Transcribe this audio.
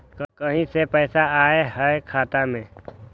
कहीं से पैसा आएल हैं खाता में?